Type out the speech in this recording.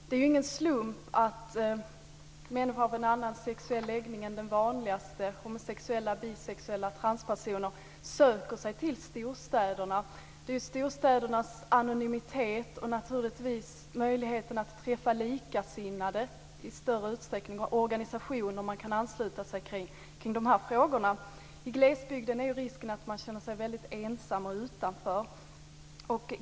Det är ingen slump att människor av en annan sexuell läggning än den vanligaste - homosexuella, bisexuella och transpersoner - söker sig till storstäderna. Det handlar om storstädernas anonymitet och naturligtvis också möjligheten att i större utsträckning träffa likasinnade och ansluta sig till organisationer kring de här frågorna. I glesbygden är risken att man känner sig väldigt ensam och utanför.